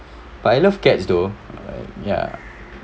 but I love cats though uh ya